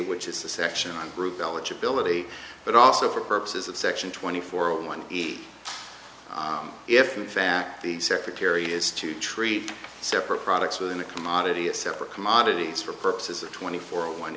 which is the section on group eligibility but also for purposes of section twenty four one if in fact the secretary is to treat separate products within a commodity a separate commodities for purposes of twenty four one